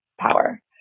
power